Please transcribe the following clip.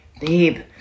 Babe